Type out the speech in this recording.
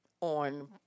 on